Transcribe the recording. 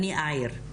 אני אעיר.